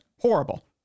Horrible